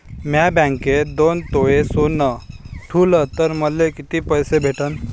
म्या बँकेत दोन तोळे सोनं ठुलं तर मले किती पैसे भेटन